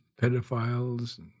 pedophiles